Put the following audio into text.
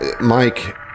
Mike